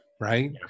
right